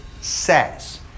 says